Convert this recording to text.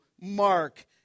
Mark